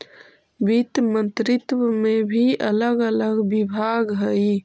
वित्त मंत्रित्व में भी अलग अलग विभाग हई